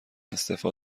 استعفا